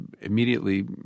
immediately